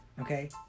Okay